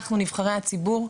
אנחנו נבחרי הציבור,